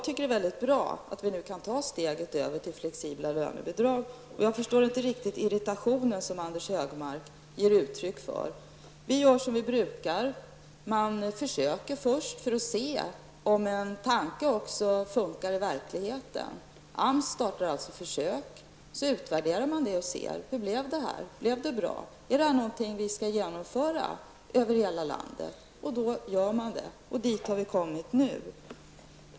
Jag anser att det är mycket bra att vi nu kan ta steget över till flexibla lönebidrag, och jag förstår inte riktigt den irritation som Anders G Högmark ger uttryck för. Vi gör som vi brukar. Först gör man ett försök för att se om en tanke också fungerar i verkligheten. AMS startar försök, och sedan utvärderar man dem och frågar sig: Hur blev det här? Blev det bra? Är detta något som vi skall genomföra över hela landet? Om svaret blir ja gör man detta, och dit har vi kommit nu.